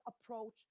approach